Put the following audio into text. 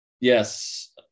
yes